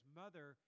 mother